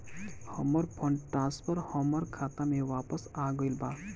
हमर fund transfer हमर खाता में वापस आ गईल बा